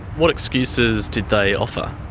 what excuses did they offer?